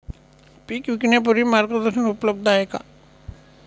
पीक विकण्यापूर्वी मार्गदर्शन उपलब्ध आहे का?